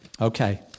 Okay